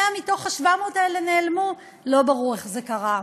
100 מה-700 האלה נעלמו, לא ברור איך זה קרה.